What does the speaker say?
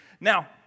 Now